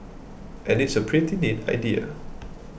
and it's a pretty neat idea